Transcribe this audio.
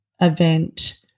event